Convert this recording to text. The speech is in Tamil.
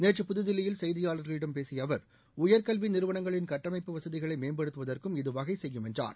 நேற்று புதுதில்லியில் செய்தியாளர்களிடம் பேசிய அவர் உயர் கல்வி நிறுவங்களின் கட்டமைப்பு வசதிகளை மேம்படுத்துவதற்கும் இது வகை செய்யும் என்றார்